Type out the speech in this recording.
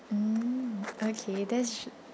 mm okay that's